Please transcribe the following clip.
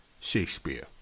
Shakespeare